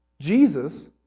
Jesus